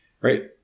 Right